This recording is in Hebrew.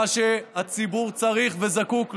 מה שהציבור צריך וזקוק לו.